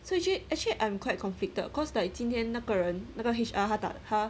so actually actually I'm quite conflicted cause like 今天那个人那个 H_R 他打他